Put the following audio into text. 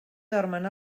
dormen